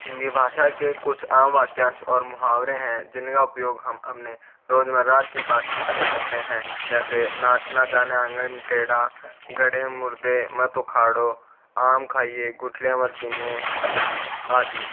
हिंदी भाषा के कुछ आम वाक्यांश और मुहावरे हैं जिनका उपयोग हम अपने रोजमर्रा की बातचीत में करते हैं जैसे नाच ना जाने आंगन टेढ़ा गड़े मुर्दे मत उखाड़ो आम खाइए गुठलियाँ मत गिनिए आदि